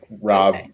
Rob